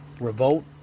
Revolt